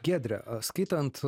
giedre skaitant